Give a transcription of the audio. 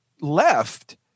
left